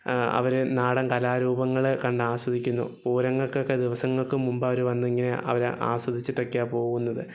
അവർ നാടൻ കലാരൂപങ്ങൾ കണ്ട് ആസ്വദിക്കുന്നു പൂരങ്ങൾക്കൊക്കെ ദിവസങ്ങൾക്ക് മുമ്പ് അവർ വന്ന് ഇങ്ങനെ അവർ ആസ്വദിച്ചിട്ടൊക്കെയാണ് പോകുന്നത്